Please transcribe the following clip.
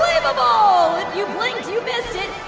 um ah you blinked, you missed it.